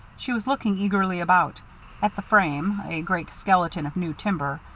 she was looking eagerly about at the frame, a great skeleton of new timber,